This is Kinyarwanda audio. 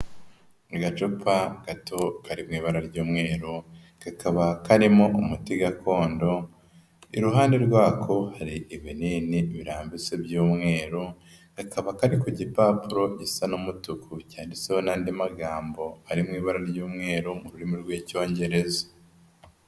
Agacupa gato kari mu ibara ry'umweru, kakaba karimo umuti gakondo, iruhande rwako hari ibinini birambitse by'umweru, kakaba kari ku gipapuro gisa n'umutuku cyanditseho n'andi magambo ari mu ibara ry'umweru, mu rurimi rw'Icyongereza.